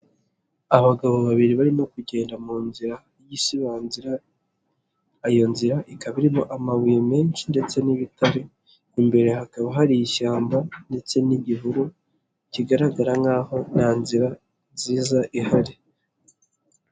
Abagabo babiri barimo kugenda mu nzira y'igisibanzira iyo nzira ikaba irimo amabuye menshi ndetse n'ibitare imbere hakaba hari ishyamba ndetse n'igihuru kigaragara nk'aho nta nzira nziza ihari.